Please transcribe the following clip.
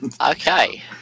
Okay